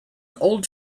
old